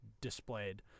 displayed